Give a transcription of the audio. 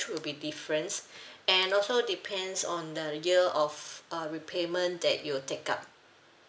would be difference and also depends on the year of uh repayment that you take up